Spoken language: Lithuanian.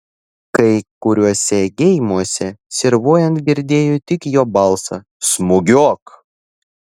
kai kuriuose geimuose servuojant girdėjo tik jo balsą smūgiuok